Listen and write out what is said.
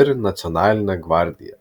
ir nacionalinę gvardiją